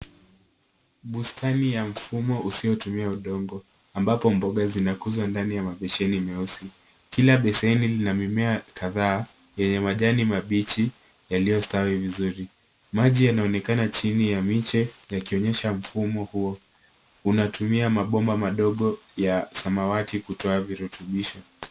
Bustani ya mfumo usiotumia udongo ambapo mboga zinakuza ndani ya mabesheni meusi. Kila beseni ina mimea kadhaa yenye majani mabichi yaliyostawi vizuri. Maji yanaonekana chini ya miche yakionyesha mfumo huo unatumia mabomba madogo ya samawati kutoa virutubisho.